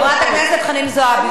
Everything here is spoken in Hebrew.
חברת הכנסת חנין זועבי.